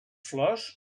flors